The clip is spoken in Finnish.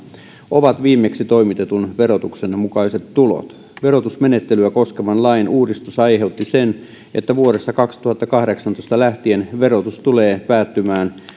ovat viimeksi toimitetun verotuksen mukaiset tulot verotusmenettelyä koskevan lain uudistus aiheutti sen että vuodesta kaksituhattakahdeksantoista lähtien verotus tulee päättymään